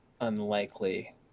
unlikely